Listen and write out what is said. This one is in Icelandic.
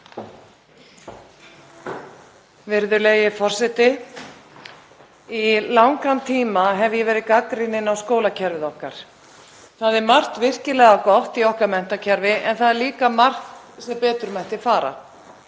Virðulegi forseti. Í langan tíma hef ég verið gagnrýnin á skólakerfið okkar. Það er margt virkilega gott í okkar menntakerfi en það er líka margt sem betur mætti fara.